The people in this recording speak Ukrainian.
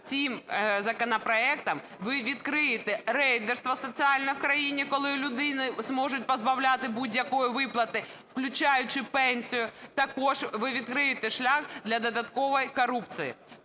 цим законопроектом ви відкриєте рейдерство соціальне в країні, коли людину зможуть позбавляти будь-якої виплати, включаючи пенсію, також ви відкриєте шлях для додаткової корупції.